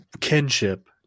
kinship